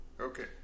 Okay